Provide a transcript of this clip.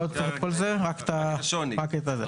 בבקשה.